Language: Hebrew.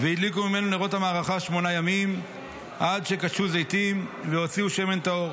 והדליקו ממנו נרות המערכה שמונה ימים עד שכתשו זיתים והוציאו שמן טהור.